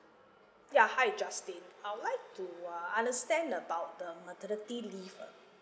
ya hi justin I'll like to uh understand about the maternity leave ah